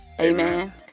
amen